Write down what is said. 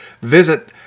visit